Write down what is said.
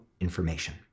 information